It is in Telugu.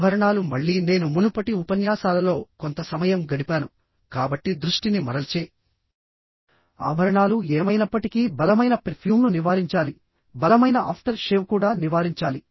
ఆభరణాలు మళ్ళీ నేను మునుపటి ఉపన్యాసాలలో కొంత సమయం గడిపాను కాబట్టి దృష్టిని మరల్చే ఆభరణాలు ఏమైనప్పటికీ బలమైన పెర్ఫ్యూమ్ను నివారించాలి బలమైన ఆఫ్టర్ షేవ్ కూడా నివారించాలి